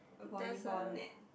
a volleyball net